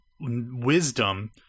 wisdom